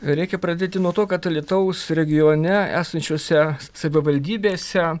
reikia pradėti nuo to kad alytaus regione esančiose savivaldybėse